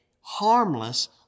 harmless